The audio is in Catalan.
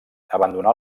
abandonà